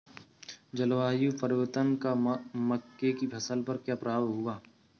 जलवायु परिवर्तन का मक्के की फसल पर क्या प्रभाव होगा?